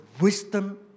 wisdom